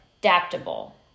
adaptable